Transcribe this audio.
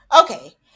Okay